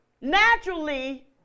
naturally